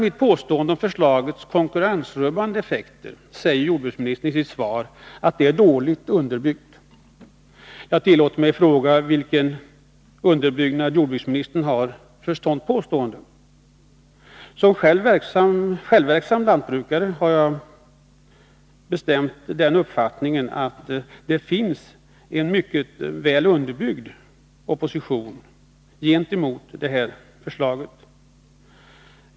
Mitt påstående om förslagets konkurrensrubbande effekter säger jordbruksministern i sitt svar vara dåligt underbyggt. Jag tillåter mig fråga vilken underbyggnad jordbruksministern har för ett sådant påstående. Som själv verksam lantbrukare har jag bestämt den uppfattningen att det finns en mycket väl underbyggd opposition gentemot detta förslag.